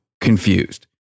confused